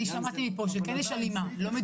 אני אתחיל בהתייחסות לטענות המשפטיות שעלו בסוף